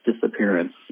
disappearance